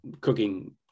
cooking